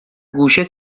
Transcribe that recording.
گوشه